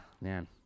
man